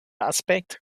aspekt